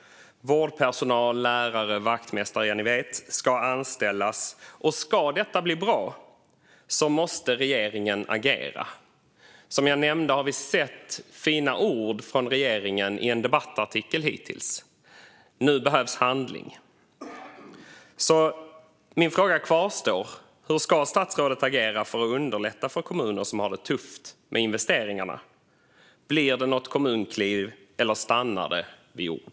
Vårdpersonal, lärare, vaktmästare - ja, ni vet - ska anställas. Om detta ska bli bra måste regeringen agera. Som jag nämnde har vi hittills sett fina ord från regeringen i en debattartikel. Nu behövs handling. Min fråga kvarstår: Hur ska statsrådet agera för att underlätta för kommuner som har det tufft med investeringarna? Blir det något kommunkliv, eller stannar det vid ord?